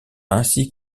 ainsi